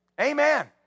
Amen